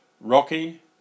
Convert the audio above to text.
Rocky